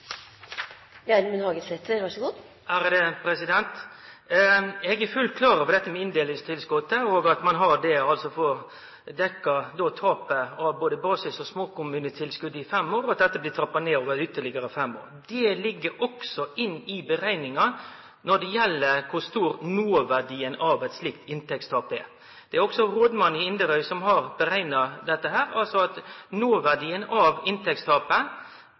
Eg er fullt klar over at inndelingstilskottet skal dekkje tapet av både basis- og småkommunetilskottet, i ti år, og at dette deretter blir trappa ned over fem år. Det ligg også inne i berekninga når det gjeld kor stor noverdien av eit slikt inntektstap er. Det er rådmannen i Inderøy som har berekna at noverdien av inntektstapet